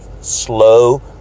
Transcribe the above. slow